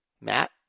Matt